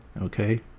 Okay